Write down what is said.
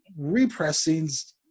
repressings